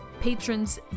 patrons